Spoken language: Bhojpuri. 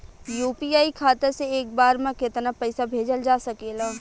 यू.पी.आई खाता से एक बार म केतना पईसा भेजल जा सकेला?